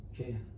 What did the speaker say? okay